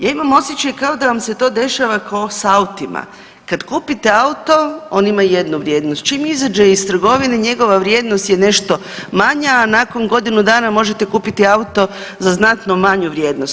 Ja imamo osjećaj kao da vam se to dešava ko s autima, kad kupite auto on ima jednu vrijednost, čim izađe iz trgovine njegova vrijednost je nešto manja, a nakon godinu dana možete kupiti auto za znatnu manju vrijednost.